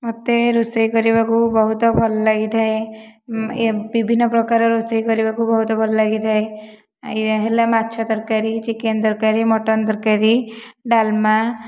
ମୋତେ ରୋଷେଇ କରିବାକୁ ବହୁତ ଭଲ ଲାଗିଥାଏ ବିଭିନ୍ନ ପ୍ରକାର ରୋଷେଇ କରିବାକୁ ବହୁତ ଭଲ ଲାଗିଥାଏ ଇଏ ହେଲା ମାଛ ତରକାରୀ ଚିକେନ ତରକାରୀ ମଟନ ତରକାରୀ ଡାଲମା